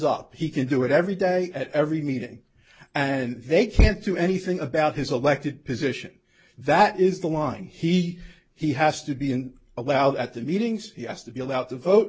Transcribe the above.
up he can do it every day at every meeting and they can't do anything about his elected position that is the line he he has to be and allowed at the meetings he has to be allowed to vote